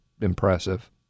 impressive